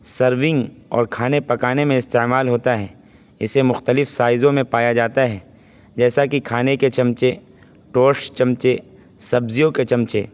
serving اور کھانے پکانے میں استعمال ہوتا ہے اسے مختلف سائزوں میں پایا جاتا ہے جیسا کہ کھانے کے چمچے ٹوسٹ چمچے سبزیوں کے چمچے